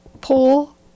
pull